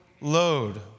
load